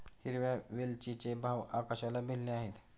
हिरव्या वेलचीचे भाव आकाशाला भिडले आहेत